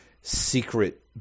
secret